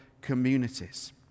communities